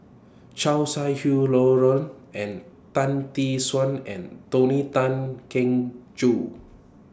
Chow Sau Hai and Tan Tee Suan and Tony Tan Keng Joo